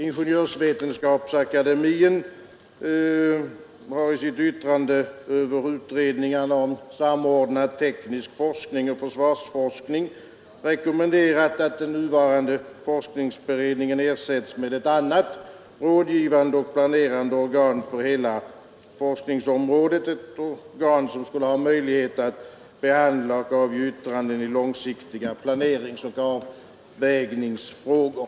Ingenjörsvetenskapsakademin har i sitt yttrande över utredningarna om samordnad teknisk forskning och försvarsforskning rekommenderat att den nuvarande forskningsberedningen ersätts med ett annat rådgivande och planerande organ för hela forskningsområdet, ett organ som skall ha möjlighet att behandla och avge yttranden i långsiktiga planeringsoch avvägningsfrågor.